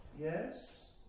Yes